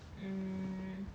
mm